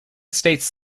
states